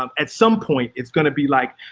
um at some point it's gonna be like,